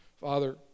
Father